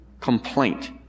complaint